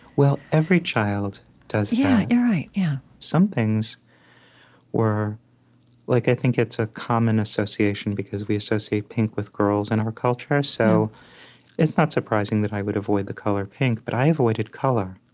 well, every child does that yeah, you're right, yeah some things were like, i think it's a common association, because we associate pink with girls in our culture. so it's not surprising that i would avoid the color pink, but i avoided color.